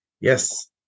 Yes